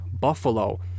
Buffalo